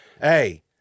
Hey